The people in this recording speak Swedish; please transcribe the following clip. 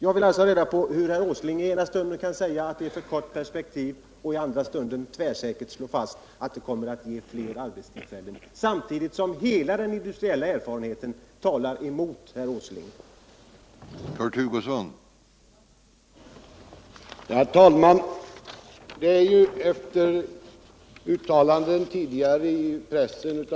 Jag vill alltså ha reda på hur herr Åsling i den ena stunden kan säga att det är för kort perspektiv och i den andra stunden tvärsäkert kan slå fast att det kommer att bli fler arbetstillfällen, när samtidigt hela den industriella erfarenheten talar emot herr Åslings uttalande.